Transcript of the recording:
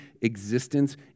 existence